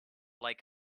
like